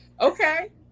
Okay